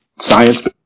science